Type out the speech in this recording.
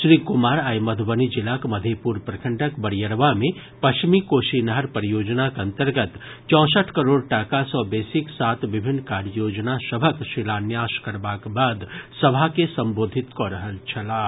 श्री कुमार आइ मधुबनी जिलाक मधेपुर प्रखंडक बरियड़वा मे पश्चिमी कोसी नहर परियोजनाक अन्तर्गत चौंसठ करोड़ टाका सँ बेसीक सात विभिन्न कार्य योजना सभक शिलान्यास करबाक बाद सभा के संबोधित कऽ रहल छलाह